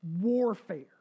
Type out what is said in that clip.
warfare